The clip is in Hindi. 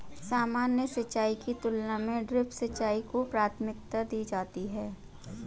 सामान्य सिंचाई की तुलना में ड्रिप सिंचाई को प्राथमिकता दी जाती है